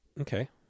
okay